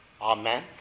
Amen